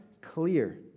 clear